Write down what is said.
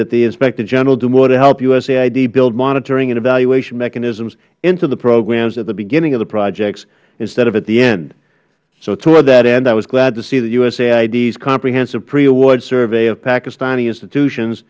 that the inspector general do more to help usaid build monitoring and evaluation mechanisms into the programs at the beginning of the projects instead of at the end toward that end i was glad to see that usaid's comprehensive pre award survey of pakistani institutions